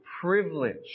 privilege